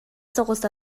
соҕус